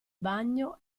bagno